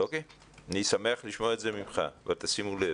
אני שמח לשמוע את זה ממך, אבל שימו לב.